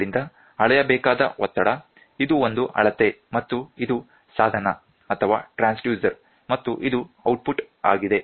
ಆದ್ದರಿಂದ ಅಳೆಯಬೇಕಾದ ಒತ್ತಡ ಇದು ಒಂದು ಅಳತೆ ಮತ್ತು ಇದು ಸಾಧನ ಅಥವಾ ಟ್ರಾನ್ಸ್ಡ್ಯೂಸರ್ ಮತ್ತು ಇದು ಔಟ್ಪುಟ್ ಆಗಿದೆ